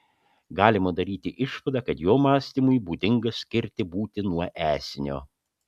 galima daryti išvadą kad jo mąstymui būdinga skirti būtį nuo esinio